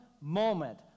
moment